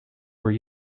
were